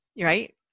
right